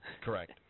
Correct